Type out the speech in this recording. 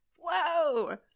Whoa